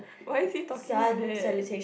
why is he talking like that